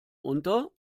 unter